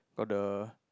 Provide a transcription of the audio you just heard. got the